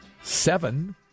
seven